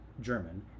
German